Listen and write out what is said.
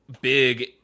big